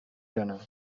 general